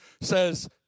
says